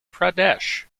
pradesh